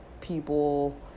people